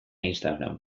instagram